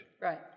Right